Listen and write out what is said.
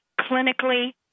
clinically